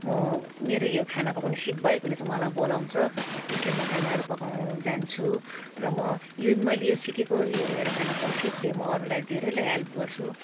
म मेरो यो खाना पकाउँने सिप भएकोले चाहिँ मलाई बोलाउँछ त्यसले म खानाहरू पकाउँन जान्छु र म मैले यो सिकेको यो मेरो खाना पकाउँने सिपले म अरू धेरैलाई हेल्प गर्छु